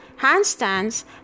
handstands